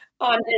On